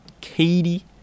Katie